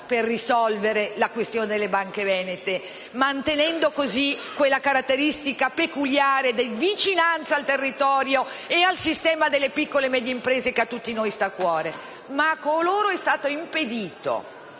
per risolvere la questione, mantenendo così quella caratteristica peculiare di vicinanza al territorio e al sistema delle piccole e medie imprese che a tutti noi sta a cuore. Tuttavia, ciò è stato impedito